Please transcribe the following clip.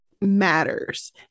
matters